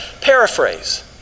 paraphrase